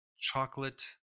chocolate